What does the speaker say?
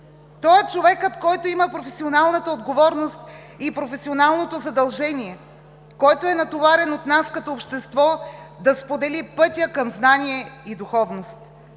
Той е човекът, който има професионалната отговорност и професионалното задължение, който е натоварен от нас като общество да сподели пътя към знание и духовност.